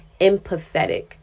empathetic